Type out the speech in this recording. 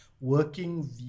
working